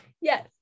Yes